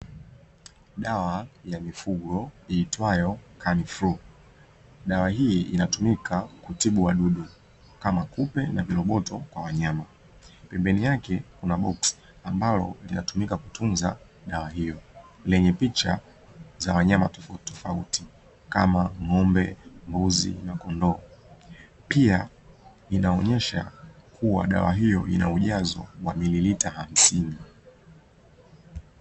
Dawa ya mifugo iitwayo kanflu, dawa hii inayotumika kutibia wadudu kama kupe na voroboto kwa wanyama pembeni yake kuna boksi ambalo linatumika kutunza dawa hiyo, lenye picha za wanyama tofauti tofauti kama ng'ombe, mbuzi na kondoo pia inaonyesha kuwa dawa hiyo ina ujazo wa mililita hamsini.